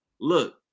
Look